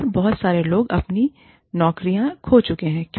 और बहुत सारे लोग अपनी नौकरी खो चुके हैं